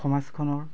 সমাজখনৰ